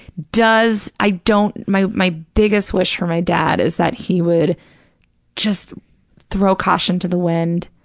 does, i don't, my, my biggest wish for my dad is that he would just throw caution to the wind.